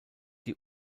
die